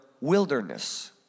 wilderness